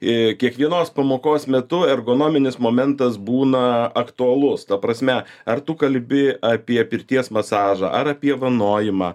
į kiekvienos pamokos metu ergonominis momentas būna aktualus ta prasme ar tu kalbi apie pirties masažą ar apie vanojimą